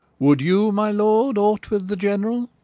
would you, my lord, aught with the general?